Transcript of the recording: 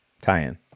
tie-in